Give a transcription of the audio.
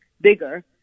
bigger